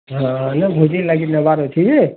ହଁ ହଁ ନା ଭୁଜିର୍ ଲାଗି ନେବାର୍ ଅଛେ ଯେ